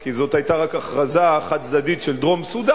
כי זאת היתה רק הכרזה חד-צדדית של דרום-סודן,